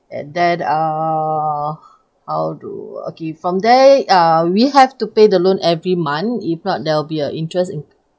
and then uh how do okay from there uh we have to pay the loan every month if not there'll be a interest in